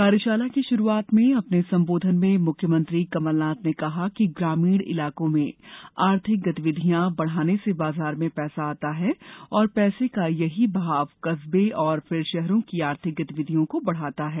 कार्यशाला की शुरूआत में अपने संबोधन में मुख्यमंत्री कमलनाथ ने कहा कि ग्रामीण इलाकों में आर्थिक गतिविधियां बढ़ाने से बाजार में पैसा आता है और पैसे का यही बहाव कस्बा और फिर शहरों की आर्थिक गतिविधियां बढ़ाता है